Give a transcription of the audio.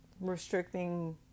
restricting